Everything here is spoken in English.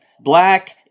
Black